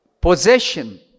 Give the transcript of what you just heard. possession